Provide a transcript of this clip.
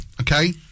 okay